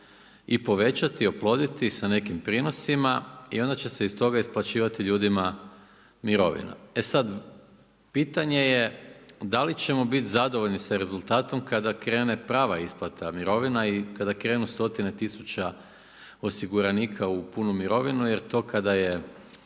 i povećati i oploditi sa nekim prinosima i onda će se iz toga isplaćivati ljudima mirovina. E sada, pitanje je da li ćemo biti zadovoljni sa rezultatom kada krene prava isplata mirovina i kada krenu stotine tisuća osiguranika u punu mirovinu jer to kada je